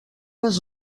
les